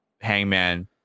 hangman